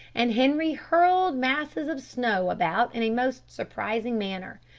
and henri hurled masses of snow about in a most surprising manner.